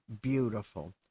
beautiful